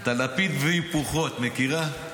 את הלפיד והיפוכו את מכירה?